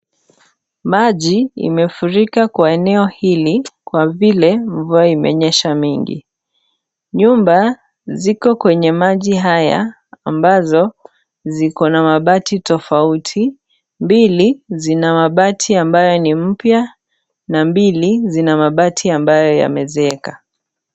Maji imefurika kwa eneo hili kwa vile mvua imenyesha mingi. Nyumba ziko kwenye maji haya ambazo ziko na mabati tofauti. Mbili zina mabati ambayo ni mpya na mbili zina mabati ambayo yamezeeka.